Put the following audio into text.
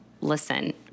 listen